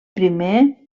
primer